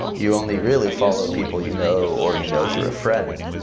you only really follow people you know or you know through a friend.